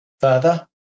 further